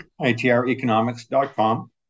itreconomics.com